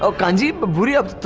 ah kanji, but bhuri, ah